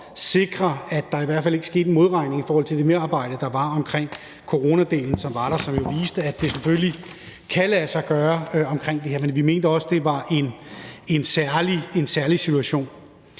sikre, at der i hvert fald ikke skete en modregning i forhold til det merarbejde, der var omkring coronadelen, og hvor det jo viste, at det selvfølgelig kan lade sig gøre i forbindelse med det her, men vi mente også, at det var en særlig situation.